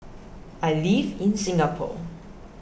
I live in Singapore